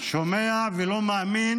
אתה שומע ולא מאמין